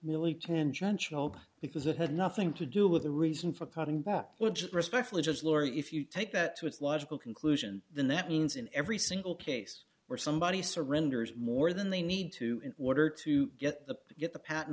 merely tangential because it had nothing to do with the reason for cutting back respectfully just laurie if you take that to its logical conclusion then that means in every single case where somebody surrenders more than they need to in order to get the get the pat